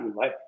life